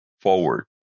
forward